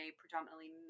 predominantly